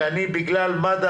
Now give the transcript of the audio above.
שבגלל מד"א